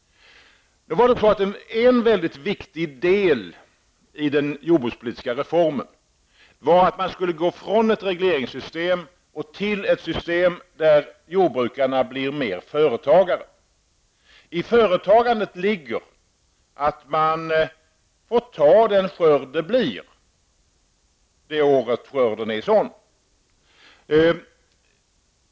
En mycket viktig del i jordbruksreformen var att man skulle gå från ett regleringssystem till ett system där jordbrukarna blir mer företagare. I företagandet ligger att man får ta den skörd det blir.